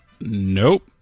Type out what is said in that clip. Nope